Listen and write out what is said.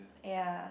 ya